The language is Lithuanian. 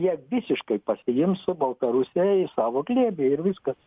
jie visiškai pasiims baltarusiją į savo glėbį ir viskas